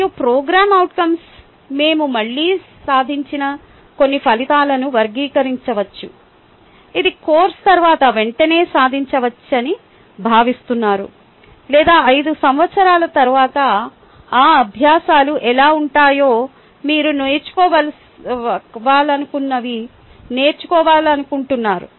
మరియు programme outcomes మేము మళ్ళీ సాధించిన కొన్ని ఫలితాలలో వర్గీకరించవచ్చు ఇది కోర్సు తర్వాత వెంటనే సాధించవచ్చని భావిస్తున్నారు లేదా 5 సంవత్సరాల తరువాత ఈ అభ్యాసాలు ఎలా ఉంటాయో మీరు నేర్చుకోవాలనుకున్నవి నేర్చుకోవాలనుకుంటున్నారు